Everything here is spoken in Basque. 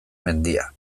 mendia